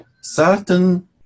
Certain